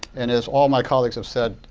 and as all my colleagues have said,